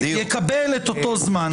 יקבל אותו זמן.